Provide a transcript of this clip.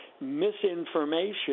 misinformation